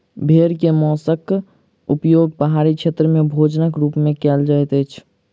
भेड़ के मौंसक उपयोग पहाड़ी क्षेत्र में भोजनक रूप में कयल जाइत अछि